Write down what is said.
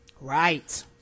right